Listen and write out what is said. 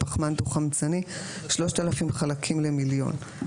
פחמן דו חמצני (CO2) 3,000 חלקים למיליון (ppm).